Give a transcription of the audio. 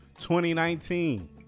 2019